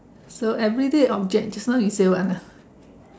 so everyday object just now you said what ah